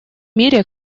мире